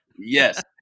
Yes